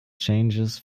changes